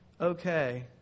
okay